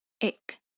Ik